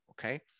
okay